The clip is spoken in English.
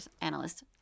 analyst